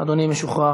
אדוני משוחרר.